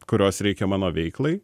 kurios reikia mano veiklai